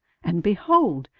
and behold,